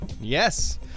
Yes